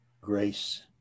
grace